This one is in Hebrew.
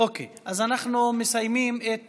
אוקיי, אז אנחנו מסיימים את